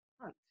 hunt